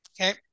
Okay